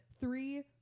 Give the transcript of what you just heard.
three